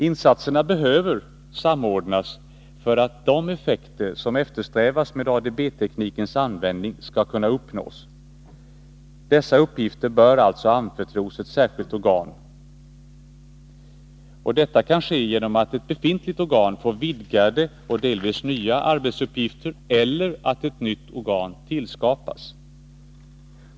Insatserna behöver därför samordnas för att de effekter som eftersträvas med ADB-teknikens användning skall kunna uppnås. Dessa uppgifter bör alltså anförtros ett särskilt organ. Det kan ske genom att ett befintligt organ får vidgade och delvis nya arbetsuppgifter eller genom att ett nytt organ tillskapas.